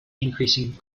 increasing